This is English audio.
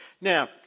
Now